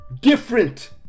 Different